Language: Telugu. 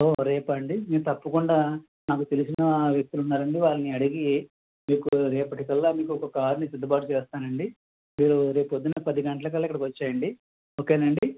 సో రేపా అండి నేను తప్పకుండా నాకు తెలిసిన వ్యక్తులు ఉన్నారండి వాళ్ళని అడిగి మీకు రేపటికల్లా మీకొక కార్ని సర్దుబాటు చేస్తాను అండి మీరు రేపు పొద్దున్న పది గంటల కల్లా ఇక్కడికి వచ్చెయ్యండి ఓకేనండి